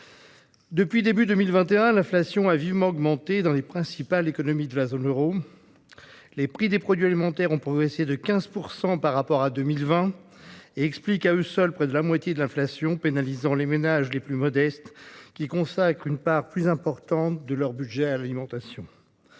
Depuis le début de 2021, l'inflation a vivement augmenté dans les principales économies de la zone euro. Les prix des produits alimentaires ont progressé de 15 % par rapport à 2020 et expliquent à eux seuls près de la moitié de l'inflation, pénalisant les ménages les plus modestes, qui consacrent une part importante de leur budget à l'alimentation.